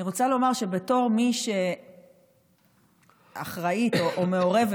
אני רוצה לומר שבתור מי שאחראית או מעורבת